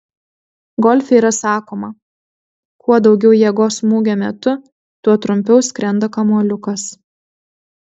golfe yra sakoma kuo daugiau jėgos smūgio metu tuo trumpiau skrenda kamuoliukas